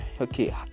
okay